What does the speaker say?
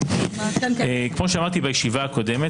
כמו שאמרתי בישיבה הקודמת,